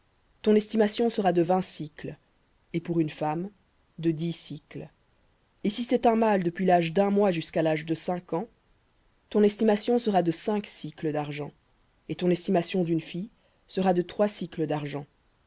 ton estimation sera de vingt sicles et pour une femme de dix sicles et si c'est un mâle depuis l'âge d'un mois jusqu'à l'âge de cinq ans ton estimation sera de cinq sicles d'argent et ton estimation d'une fille sera de trois sicles d'argent